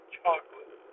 chocolate